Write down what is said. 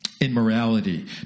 immorality